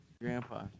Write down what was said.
Grandpa